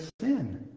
sin